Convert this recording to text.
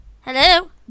Hello